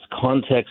context